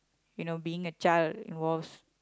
you know being a child involves